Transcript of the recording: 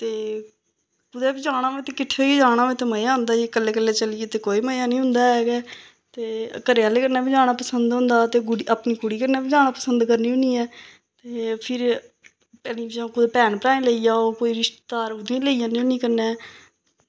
ते कुतै बी जाना होऐ ते किट्ठे होइयै जाना होऐ ते मज़ा आंदा जे कल्ले कल्ले चली गे ते कोई मज़ा नी औंदा ऐ गै ते घरै आह्लै कन्नै जाना बी पसंद होंदा ऐ ते गुड अपनी कुड़ी कन्नै जाना बी पसंद करनी होन्नी ऐं ते फिर इयां कुतै भैन भ्राएं गी लेई जाओ कोई रिश्तेदार ओह्दे लेई जन्नी होन्नी कन्नै